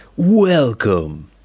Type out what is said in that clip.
Welcome